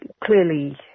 clearly